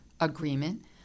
agreement